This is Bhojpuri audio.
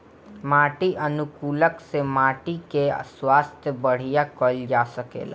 माटी अनुकूलक से माटी कअ स्वास्थ्य बढ़िया कइल जा सकेला